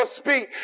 speak